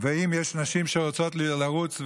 ואם יש נשים שרוצות לרוץ,